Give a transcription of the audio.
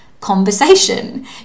conversation